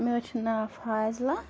مےٚ حظ چھُ ناو فاضلہ